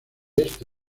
este